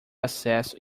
acesso